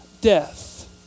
death